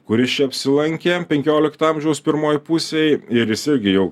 kuris čia apsilankė penkiolikto amžiaus pirmoj pusėj ir jis irgi jau